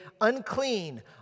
unclean